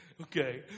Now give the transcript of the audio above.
Okay